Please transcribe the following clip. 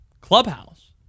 Clubhouse